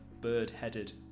bird-headed